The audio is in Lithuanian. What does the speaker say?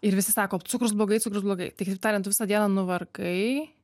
ir visi sako cukrus blogai cukrus blogai tai kitaip tariant tu visą dieną nuvargai